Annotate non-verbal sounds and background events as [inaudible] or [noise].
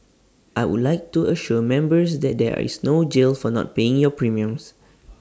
I would like to assure members that there is no jail for not paying your premiums [noise]